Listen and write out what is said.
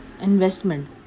investment